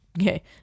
Okay